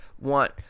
want